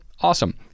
awesome